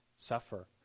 suffer